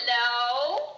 hello